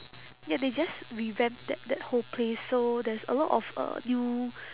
ya they just revamped that that whole place so there's a lot of uh new